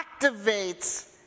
activates